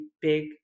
big